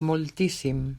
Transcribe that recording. moltíssim